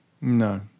No